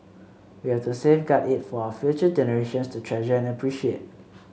we have to safeguard it for our future generations to treasure and appreciate